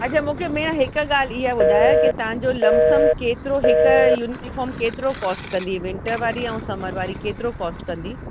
अच्छा मूंखे भेण हिकु ॻाल्हि इहा ॿुधायो के तव्हां जो लमसम केतिरो हिकु यूनिफ़ॉर्म केतिरो कॉस्ट कंदी विंटर वारी ऐं समर वारी केतिरो कॉस्ट कंदी